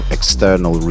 External